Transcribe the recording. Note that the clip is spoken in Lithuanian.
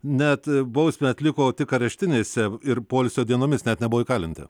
net bausmę atliko tik areštinėse ir poilsio dienomis net nebuvo įkalinti